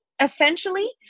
essentially